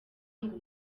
ngo